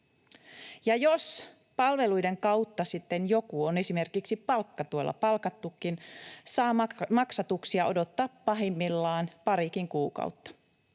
Jos palveluiden kautta sitten joku on esimerkiksi palkkatuella palkattukin, saa maksatuksia odottaa pahimmillaan parikin kuukautta.